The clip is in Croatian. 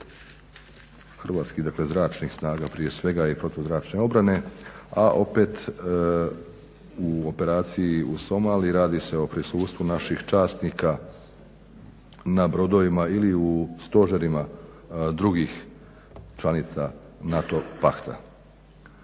hrvatskih dakle zračnih snaga prije svega i protuzračne obrane. A opet u operaciji u Somaliji radi se o prisustvu naših časnika na brodovima ili u stožerima drugih članica NATO pakta.